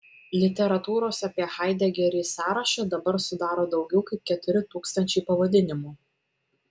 literatūros apie haidegerį sąrašą dabar sudaro daugiau kaip keturi tūkstančiai pavadinimų